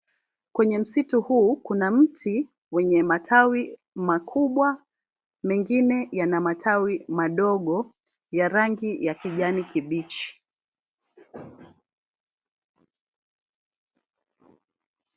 Kwenye msitu huu kuna mti yenye matawi makubwa , mengine yana matawi madogo ya rangi ya kijani kibichi.